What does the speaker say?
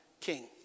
king